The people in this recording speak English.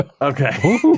Okay